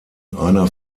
einer